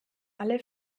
alle